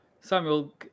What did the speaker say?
Samuel